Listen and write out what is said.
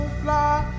fly